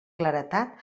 claredat